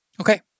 okay